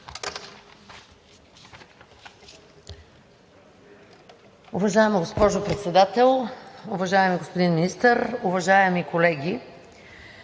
Уважаема госпожо Председател, уважаеми господин Министър, уважаеми колеги!